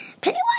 Pennywise